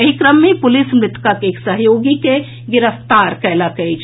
एहि क्रम मे पुलिस मृतकक एक सहयोगी के गिरफ्तार कएलक अछि